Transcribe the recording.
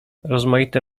rozmaite